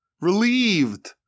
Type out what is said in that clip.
relieved